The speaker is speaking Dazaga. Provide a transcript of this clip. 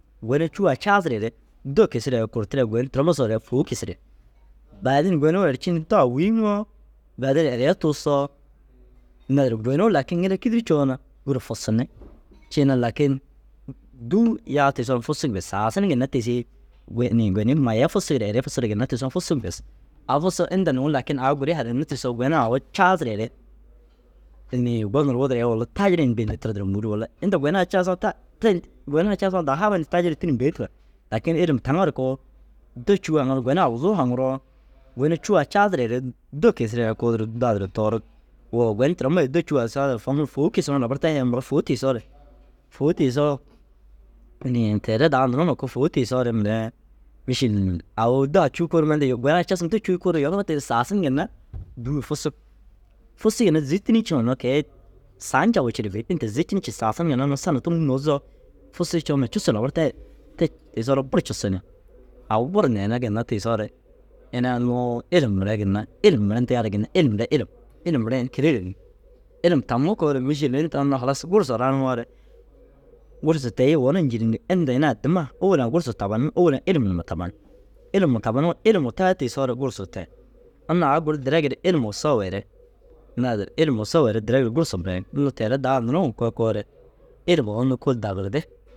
Gona cûu waa caasireere dô kisireere kurtire gon turoma soore fôu kisig. Baadin gonuu erci dô-a wûyiŋoo baadin yaliya tuusoo naazire donuu lakin ŋila dîdiri coona gûr fusunni. Ciina lakin dûu yaa tiisoo na fusug bes. Saaasin ginna tiisii ge inii gonii mayai fusugire erei fusugire ginna tiisoo na fusug bes. Au fusoo inta nuŋu lakin au gurii harainnee tiisoo gona au caasireere inii gonur wudureere walla taajir ini bil tira duro mûurug wulla. Inda gonaa caasiŋoo ta te gonaa caasiŋoo dahaaba inta taajir duro tînime bêi tira. Lakin ilim taŋa ru koo dô cûu waa mura gona awuzuu haŋuroo gona cûu waa caasireere dô kisireere kuudur dô-a duro toorug. Woo goni turomai dô cûu waa ye saage ru foŋu fôu kisiŋaa labar tayi hee. Mura fôu tiisoore fôu tiisoo inii teere dau nuruu ŋa koo fôu tiisoore mire mîšil au bô-a cûu kuurume inta ye gonaa caasim dô cûu yeniŋoote saasin ginna dûu- i fusug. Fusii ginna zîtinii ciŋa hinno ke- i saa ncawii cire bêi. Ille zîcinii cii saasin ginna unnu sana tômu nuuzoo fusii coo mire cusuu labar tayire. Te tiisoore buru cussu ni au neene ginna tiisoore ini ai unnu ilim mire ginna ilim mire ntiyaare ginna ilimre ilim. Ilim mire ini kirigire nî. Ilim tamme koore mîšil inta unnu halas gursa raniŋoore gursu te- i wona njîrinig. Inda ini addima owol ŋa gursa tabanimmi owol ŋa ilim numa taban. Ilim numa tabanuŋo ilimuu tayi tiisoore gursuu tayi. Unnu au guru direegiri ilimuu soweere naazire ilimuu soweere direegiri gursa burayiŋ. Unnu teere dau nuruu ŋa kookoore ilimuu unnu kôoli dagirdi.